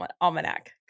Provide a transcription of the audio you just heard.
almanac